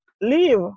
leave